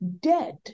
dead